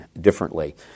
differently